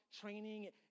training